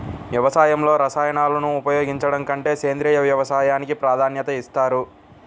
వ్యవసాయంలో రసాయనాలను ఉపయోగించడం కంటే సేంద్రియ వ్యవసాయానికి ప్రాధాన్యత ఇస్తారు